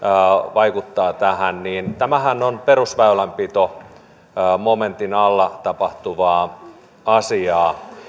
vaikuttavat tähän niin tämähän on perusväylänpitomomentin alla tapahtuvaa asiaa